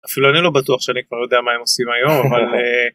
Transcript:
אפילו אני לא בטוח שאני כבר יודע מה הם עושים היום.